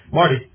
Marty